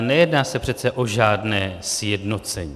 Nejedná se přece o žádné sjednocení.